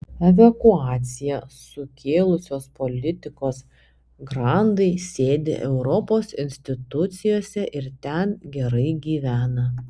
evakuaciją sukėlusios politikos grandai sėdi europos institucijose ir ten gerai gyvena